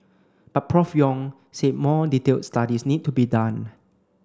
but Prof Yong said more detailed studies need to be done